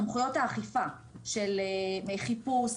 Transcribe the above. סמכויות האכיפה של חיפוש,